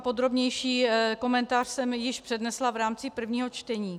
Podrobnější komentář jsem již přednesla v rámci prvního čtení.